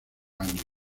años